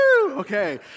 Okay